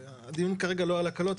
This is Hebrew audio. הדיון הוא כרגע לא על הקלות,